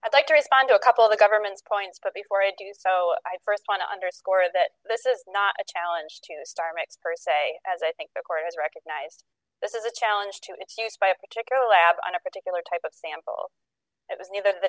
i'd like to respond to a couple of the government's points but before i do so i st want to underscore that this is not a challenge to star mix per se as i think the court has recognized this is a challenge to a case by a particular lab on a particular type of sample of another th